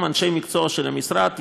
אנשי מקצוע של המשרד.